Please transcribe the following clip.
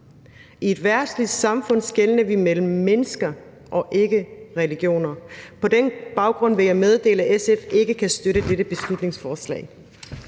I et verdsligt samfund skelner vi mellem mennesker og ikke religioner. På den baggrund vil jeg meddele, at SF ikke kan støtte dette beslutningsforslag.